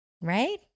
right